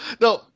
No